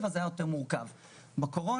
ובקורונה,